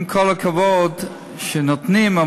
עם כל הכבוד על זה שנותנים,